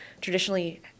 traditionally